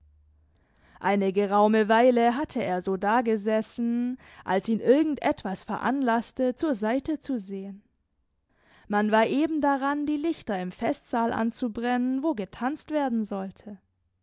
eine geraume weile hatte er so dagesessen als ihn irgend etwas veranlaßte zur seite zu sehen man war eben daran die lichter im festsaal anzubrennen wo getanzt werden sollte